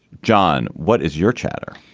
john, what is your chatter?